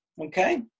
okay